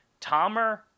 Tomer